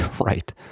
Right